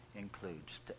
includes